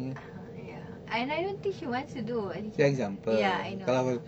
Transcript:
(uh huh) ya and I don't think she wants to do early childhood ya I know I know